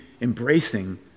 embracing